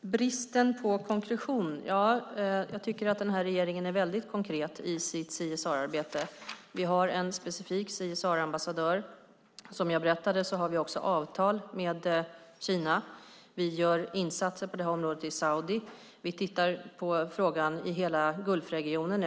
bristen på konkretion vill jag säga att jag tycker att regeringen är väldigt konkret i sitt CSR-arbete. Vi har en specifik CSR-ambassadör. Som jag berättade har vi också avtal med Kina. Vi gör insatser på det området i Saudiarabien. Vi tittar på frågan i hela Gulfregionen.